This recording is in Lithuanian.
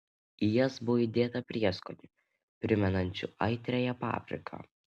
į jas buvo įdėta prieskonių primenančių aitriąją papriką